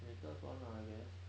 and thoughts on lah I guess